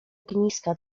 ogniska